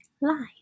life